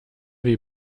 wie